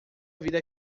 vida